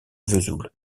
vesoul